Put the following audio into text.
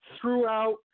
throughout